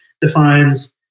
defines